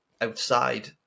outside